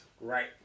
right